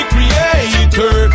Creator